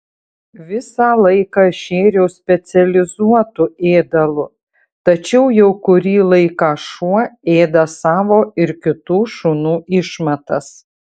visą laiką šėriau specializuotu ėdalu tačiau jau kurį laiką šuo ėda savo ir kitų šunų išmatas